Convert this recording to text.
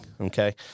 Okay